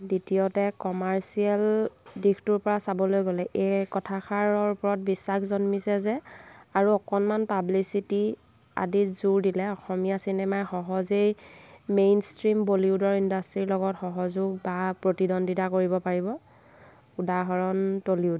দ্বিতীয়তে কমাৰ্চিয়েল দিশটোৰপৰা চাবলৈ গ'লে এই কথাষাৰৰ ওপৰত বিশ্বাস জন্মিছে যে আৰু অকণমান পাব্লিচিটি আদিত জোৰ দিলে অসমীয়া চিনেমাই সহজেই মেইনষ্ট্ৰীম বলিউদৰ ইণ্ডাষ্ট্ৰীৰ লগত সহযোগ বা প্ৰতিদ্বন্দ্বিতা কৰিব পাৰিব উদাহৰণ টলীউদ